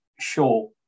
Sure